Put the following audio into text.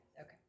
okay